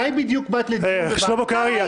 מתי בדיוק באת לוועדה --- שלמה קרעי,